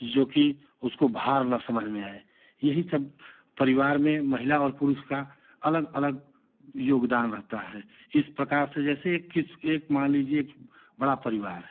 जो कि उसको भार न समझ में आए यही सब परिवार में महिला और पुरुष का अलग अलग योगदान रहता है इस प्रकार से जैसे एक इस एक मान लीजिए एक बड़ा परिवार है